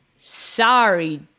Sorry